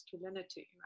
masculinity